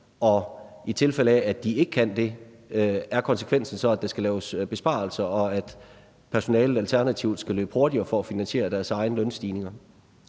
Og i tilfælde af, at de ikke kan det, er konsekvensen så, at der skal laves besparelser, og at personalet alternativt skal løbe hurtigere for at finansiere deres egne lønstigninger?